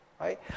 right